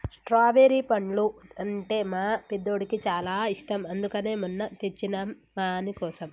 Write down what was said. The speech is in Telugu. స్ట్రాబెరి పండ్లు అంటే మా పెద్దోడికి చాలా ఇష్టం అందుకనే మొన్న తెచ్చినం వానికోసం